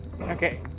Okay